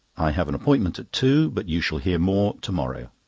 i have an appointment at two but you shall hear more to-morrow.